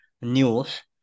News